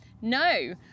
no